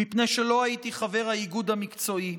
מפני שלא הייתי חבר האיגוד המקצועי,